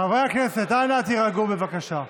חברי הכנסת, אנא, תירגעו, בבקשה.